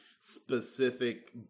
specific